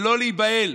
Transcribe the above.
ולא להיבהל,